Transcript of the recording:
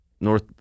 North